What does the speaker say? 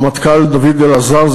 הרמטכ"ל דוד אלעזר,